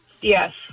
Yes